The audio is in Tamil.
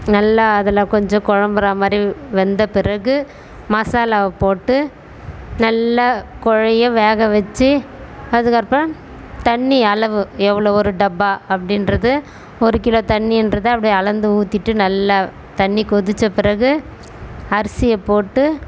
நல்லா அதில் கொஞ்சம் கொழம்புற மாதிரி வெந்த பிறகு மசாலாவை போட்டு நல்லா குழைய வேக வைச்சி அதுக்கு அப்பறம் தண்ணி அளவு எவ்வளவு ஒரு டப்பா அப்படின்றது ஒரு கிலோ தண்ணின்றது அப்படி அளந்து ஊத்திட்டு நல்லா தண்ணி கொதித்த பிறகு அரிசியை போட்டு